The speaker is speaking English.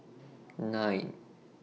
nine